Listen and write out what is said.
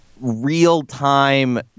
real-time